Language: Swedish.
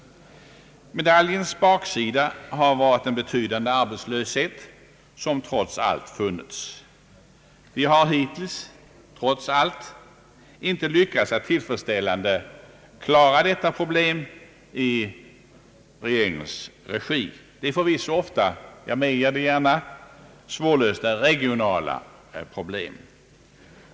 Medaljens baksida har varit den betydande arbetslöshet som trots allt funnits. Vårt land har hittills icke lyckats tillfredsställande klara detta problem i regeringens regi. Det är förvisso ofta — jag medger det gärna — svårlösta regionala problem.